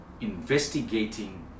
investigating